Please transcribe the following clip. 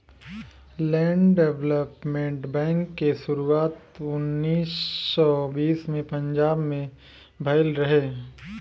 land development bank के शुरुआत उन्नीस सौ बीस में पंजाब में भईल रहे